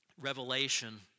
Revelation